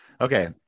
Okay